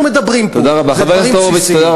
אני מוותר על אפשרותי כחבר הכנסת לבוא,